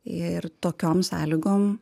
ir tokiom sąlygom